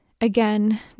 again